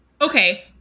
okay